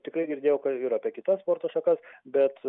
tikrai girdėjau kad ir apie kitas sporto šakas bet